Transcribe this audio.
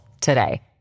today